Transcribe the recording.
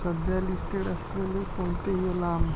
सध्या लिस्टेड असलेले कोणतेही लाम